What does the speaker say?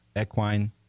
Equine